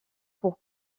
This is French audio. pour